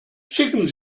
schicken